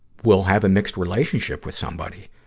we'll have a mixed relationship with somebody.